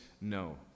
no